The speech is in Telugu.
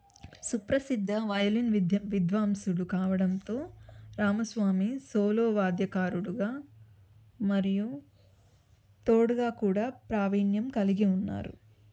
సుప్రసిద్ద వయలిన్ విద్య విద్వాంసుడు కావడంతో రామస్వామి సోలో వాద్యకారుడుగా మరియు తోడుగా కూడా ప్రావీణ్యం కలిగి ఉన్నారు